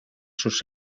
sus